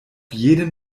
jeden